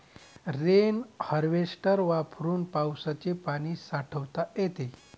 rain harvester वापरून पावसाचे पाणी साठवता येते